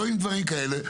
לא עם דברים כאלה,